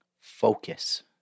focus